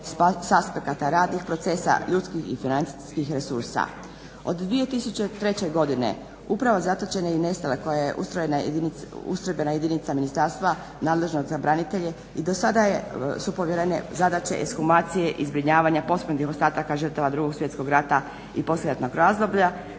aspekata radnih procesa, ljudskih i financijskih resursa. Od 2003. godine Uprava za zatočene i nestale koja je ustrojbena jedinica ministarstva nadležnog za branitelje i do sada su povjerene zadaće ekshumacije i zbrinjavanja posmrtnih ostataka žrtava Drugog svjetskog rata i poslijeratnog razdoblja,